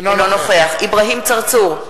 אינו נוכח אברהים צרצור,